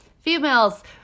females